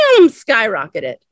skyrocketed